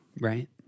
Right